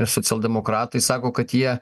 socialdemokratai sako kad jie